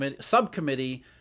Subcommittee